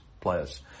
players